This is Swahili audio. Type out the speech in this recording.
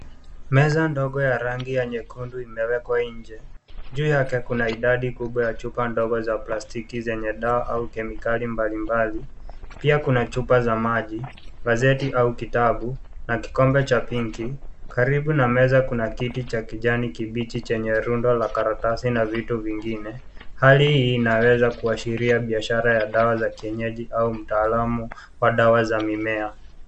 Meza ndogo ya rangi ya nyekundu imewekwa nje. Juu yake kuna idadi kubwa ya chupa ndogo za plastiki zenye dawa au kemikali mbalimbali. Pia kuna chupa za maji, gazeti au kitabu na kikombe cha pinki. Karibu na meza kuna kiti cha kijani kibichi chenye rundo la karatasi na vitu vingine. Hali hii inaweza kuashiria biashara ya dawa za kienyeji au mtaalamu wa dawa za mimea.